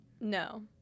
No